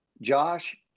Josh